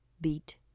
beat